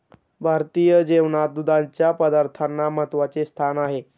भारतीय जेवणात दुधाच्या पदार्थांना महत्त्वाचे स्थान आहे